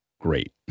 Great